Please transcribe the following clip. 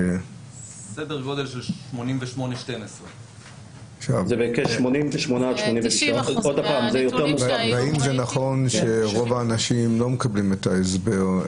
סדר גודל של 88-12. והאם זה נכון רוב האנשים לא מקבלים את ההסבר?